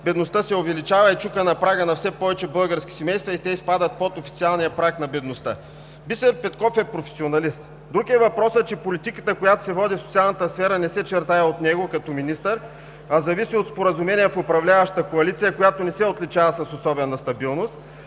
бедността се увеличава и чука на прага на все повече български семейства и те изпадат под официалния праг на бедността. Бисер Петков е професионалист. Друг е въпросът, че политиката, която се води в социалната сфера, не се чертае от него като министър, а зависи от споразумение в управляващата коалиция, която не се отличава с особена стабилност,